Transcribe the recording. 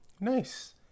Nice